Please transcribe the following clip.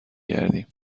گردیم